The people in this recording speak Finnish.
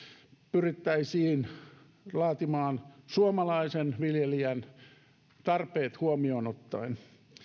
pyrittäisiin laatimaan suomalaisen viljelijän tarpeet huomioon ottaen